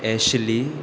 Ashley